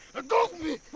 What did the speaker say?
go of me!